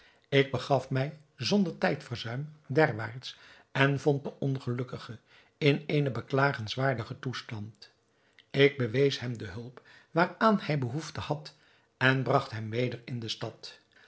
ik begaf mij zonder tijdverzuim derwaarts en vond den ongelukkige in eenen beklagenswaardigen toestand ik bewees hem de hulp waaraan hij behoefte had en bragt hem weder in de stad